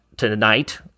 Tonight